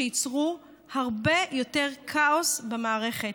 שייצרו הרבה יותר כאוס במערכת.